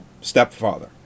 stepfather